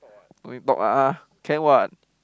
no need talk ah can [what]